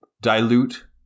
dilute